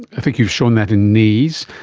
i think you've shown that in knees.